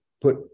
put